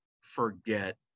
forget